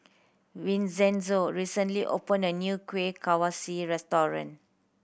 Vincenzo recently opened a new Kuih Kaswi restaurant